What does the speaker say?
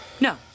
No